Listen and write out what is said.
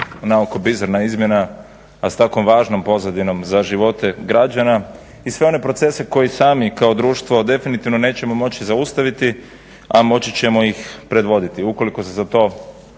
naoko bizarna izmjena a sa tako važnom pozadinom za živote građana i sve one procese koje sami kao društvo definitivno nećemo moći zaustaviti, a moći ćemo ih predvoditi ukoliko se za to